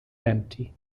empty